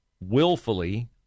willfully